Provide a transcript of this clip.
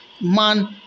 man